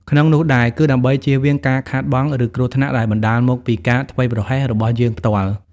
ក្នុងនោះដែរ គឺដើម្បីជៀសវាងការខាតបង់ ឬគ្រោះថ្នាក់ដែលបណ្ដាលមកពីការធ្វេសប្រហែសរបស់យើងផ្ទាល់។